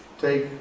take